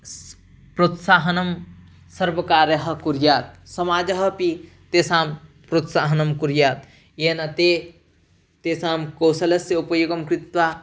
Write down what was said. सः प्रोत्साहनं सर्वकारः कुर्यात् समाजः अपि तेषां प्रोत्साहनं कुर्यात् येन ते तेषां कौशलस्य उपयोगं कृत्वा